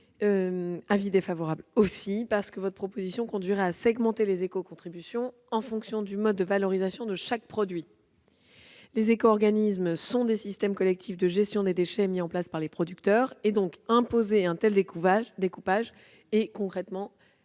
et 424 rectifié : cette proposition conduirait à segmenter les éco-contributions en fonction du mode de valorisation de chaque produit. Les éco-organismes sont des systèmes collectifs de gestion des déchets mis en place par les producteurs ; un tel découpage est concrètement irréalisable.